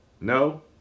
No